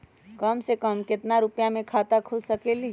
कम से कम केतना रुपया में खाता खुल सकेली?